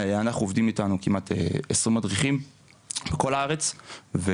עובדים איתנו כמעט 20 מדריכים מכל הארץ.